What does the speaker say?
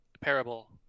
parable